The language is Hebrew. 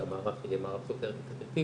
שהמערך יהיה מערך יותר הוליסטי,